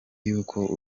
y’uko